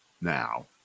now